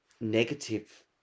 negative